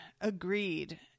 agreed